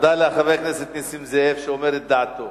תודה לחבר הכנסת נסים זאב, שאמר את דעתו.